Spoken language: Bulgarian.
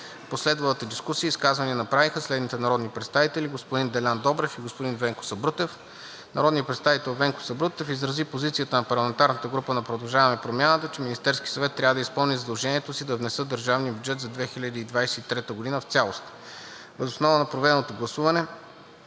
последвалата дискусия изказвания направиха следните народни представители: господин Делян Добрев и господин Венко Сабрутев. Народният представител Венко Сабрутев изрази позицията на парламентарната група на „Продължаваме Промяната“, че Министерският съвет трябва да изпълнят задължението да внесат държавния бюджет за 2023 г. в цялост. Въз основа на проведеното гласуване